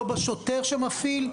לא בשוטר שמפעיל,